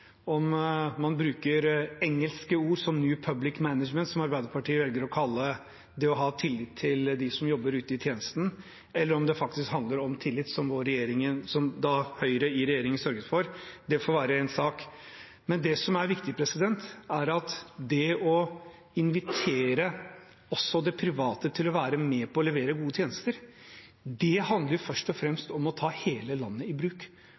Om man bruker engelske ord som «new public management», som Arbeiderpartiet velger å kalle det å ha tillit til dem som jobber ute i tjenesten, eller om det faktisk handler om tillit, som Høyre i regjering sørget for, får være så sin sak. Det som er viktig, er at det å invitere også de private til å være med på å levere gode tjenester først og fremst handler om å ta hele landet i bruk